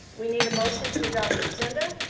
we need a motion to adopt the agenda.